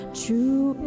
true